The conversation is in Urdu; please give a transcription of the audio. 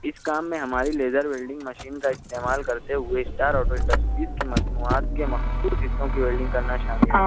اس کام میں ہماری لیزر ویلڈنگ مشین کا استعمال کرتے ہوئے اسٹار آٹو انڈسٹریز کی مصنوعات کے مخصوص حصوں کی ویلڈنگ کرنا شامل ہے